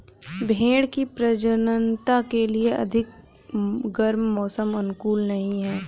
भेंड़ की प्रजननता के लिए अधिक गर्म मौसम अनुकूल नहीं है